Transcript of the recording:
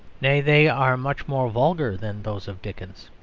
nay, they are much more vulgar than those of dickens.